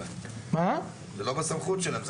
זה לא בסמכות שלהם.